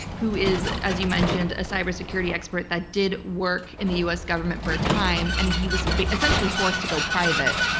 who is, as you mentioned, a cybersecurity expert that did work in the us government for a time and he was essentially forced to go private,